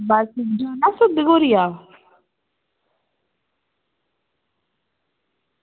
बस जाना बाबा सिद्ध गोरिया